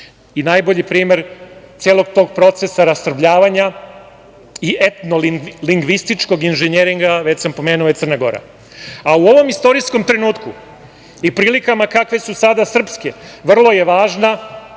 Najbolji primer celog tog procesa rasrbljavanja i etno lingvističkog inženjeringa, već sam pomenuo, jeste Crna Gora.U ovom istorijskom trenutku i prilikama kakve su sada srpske, vrlo je važna